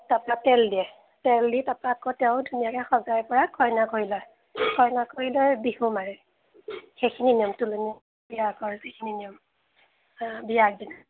তাৰ পৰা তেল দিয়ে তেল দি তাৰ পৰা তেওঁ ধুনীয়াকে সজাই পৰাই কইনা কৰি লয় কইনা কৰি লৈ বিহু মাৰে সেইখিনি নিয়ম তুলনী বিয়াত সেইখিনি নিয়ম বিয়াৰ আগদিনা